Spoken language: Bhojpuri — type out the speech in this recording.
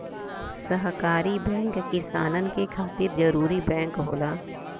सहकारी बैंक किसानन के खातिर जरूरी बैंक होला